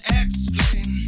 explain